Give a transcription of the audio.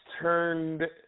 turned